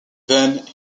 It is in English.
then